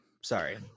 Sorry